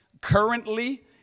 currently